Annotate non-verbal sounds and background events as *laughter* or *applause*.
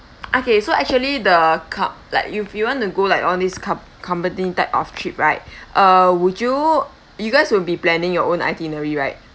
okay so actually the co~ like if you want to go like all this com~ company type of trip right *breath* uh would you you guys will be planning your own itinerary right